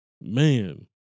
man